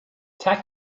tack